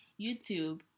YouTube